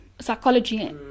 psychology